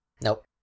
Nope